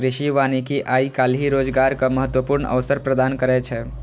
कृषि वानिकी आइ काल्हि रोजगारक महत्वपूर्ण अवसर प्रदान करै छै